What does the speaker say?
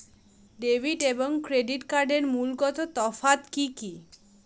Debit এবং credit কার্ডের মূলগত তফাত কি কী?